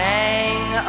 Hang